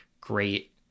great